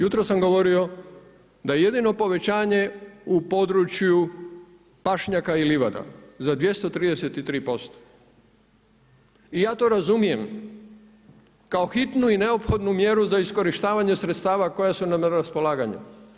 Jutro sam govorio da je jedino povećanje u području pašnjaka i livada za 233%. i ja to razumijem kao hitnu i neophodnu mjeru za iskorištavanje sredstava koja su nam na raspolaganju.